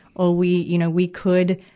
or we, you know, we could,